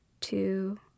two